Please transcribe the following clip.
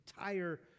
entire